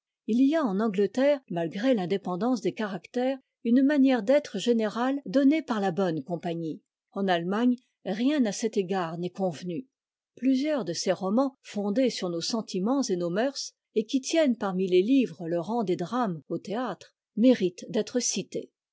il y a en angleterre malgré l'indépendance des caractères une manière d'être générale donnée par la bonne compagnie en allemagne rien à cet égard n'est convenu plusieurs de ces romans fondés sur nos sentiments et nos moeurs et qui tiennent parmi les livres e rang des drames au théâtre méritent d'être cités